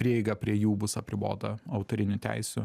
prieiga prie jų bus apribota autorinių teisių